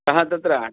कः तत्र